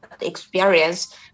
experience